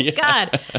God